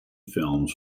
films